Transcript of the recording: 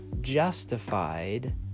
justified